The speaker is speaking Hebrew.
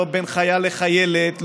לא בין חייל לחיילת,